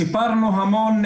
שיפרנו המון,